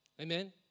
Amen